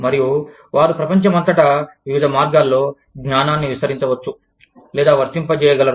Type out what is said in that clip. మరియు వారు ప్రపంచమంతటా వివిధ మార్గాల్లో జ్ఞానాన్నివిస్తరించవచ్చు లేదా వర్తింపజేయగలరు